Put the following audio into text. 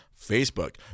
Facebook